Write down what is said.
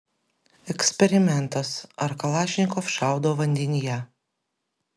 eksperimentas ar kalašnikov šaudo vandenyje